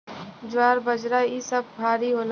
ज्वार बाजरा इ सब भारी होला